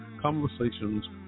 Conversations